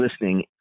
listening